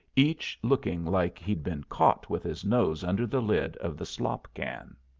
each looking like he'd been caught with his nose under the lid of the slop-can.